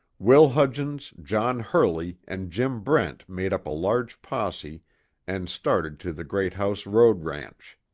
will hudgens, johnny hurley, and jim brent made up a large posse and started to the greathouse road-ranch.